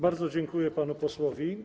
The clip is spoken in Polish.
Bardzo dziękuję panu posłowi.